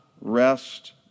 rest